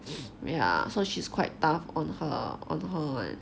ya so she's quite tough on her on her own